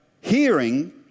hearing